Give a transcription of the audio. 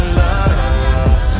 love